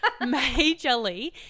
majorly